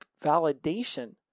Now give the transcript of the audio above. validation